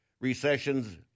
recessions